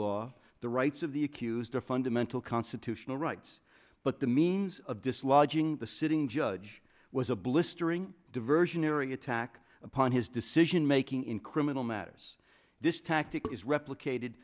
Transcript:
law the rights of the accused a fundamental constitutional rights but the means of dislodging the sitting judge was a blistering diversionary attack upon his decision making in criminal matters this tactic is replicated